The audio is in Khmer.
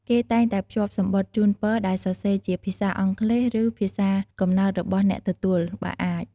គេតែងតែភ្ជាប់ សំបុត្រជូនពរ ដែលសរសេរជាភាសាអង់គ្លេស ឬភាសាកំណើតរបស់អ្នកទទួល បើអាច។